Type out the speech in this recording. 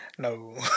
No